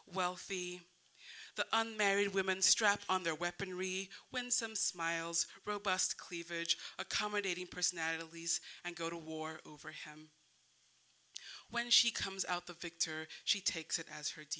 wealthy unmarried women strap on their weaponry when some smiles robust cleavage accommodating personalities and go to war over him when she comes out the victor she takes it as her